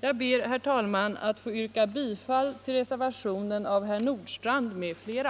Jag ber att få yrka bifall till reservationen av herr Nordstrandh m.fl.